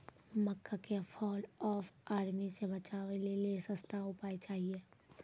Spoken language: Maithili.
मक्का के फॉल ऑफ आर्मी से बचाबै लेली सस्ता उपाय चाहिए?